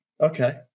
Okay